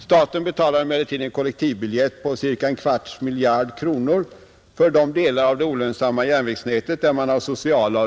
Staten betalar emellertid en kollektivbiljett på cirka politiken m.m. en kvarts miljard kronor för de delar av det olönsamma järnvägsnätet där ma.